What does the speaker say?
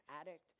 addict